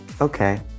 okay